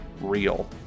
real